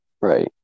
Right